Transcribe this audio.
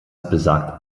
besagt